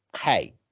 hey